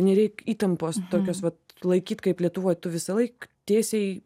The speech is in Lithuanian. nereik įtampos tokios vat laikyt kaip lietuvoj tu visąlaik tiesiai